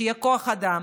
כדי שיהיה כוח אדם.